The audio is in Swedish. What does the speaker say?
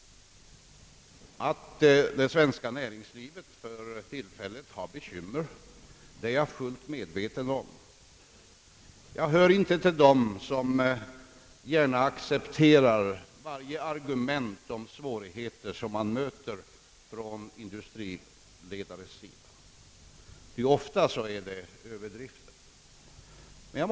Att det svenska näringslivet för tillfället har bekymmer är jag fullt medveten om. Jag hör inte till dem som gärna accepterar varje argument om svårigheter som man möter från industriledares sida, ty ofta är de överdrivna.